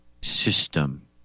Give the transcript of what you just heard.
system